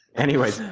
anyway,